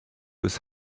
his